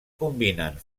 combinen